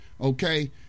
Okay